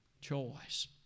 choice